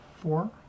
four